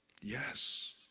Yes